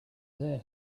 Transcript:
they